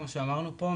כמו שאמרנו פה,